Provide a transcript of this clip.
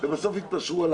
בסוף התפשרו על